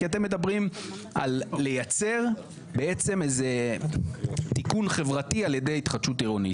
כי אתם מדברים על לייצר בעצם איזה תיקון חברתי על ידי התחדשות עירונית.